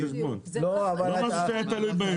זה לא משהו שהיה תלוי בהם.